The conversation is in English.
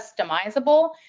customizable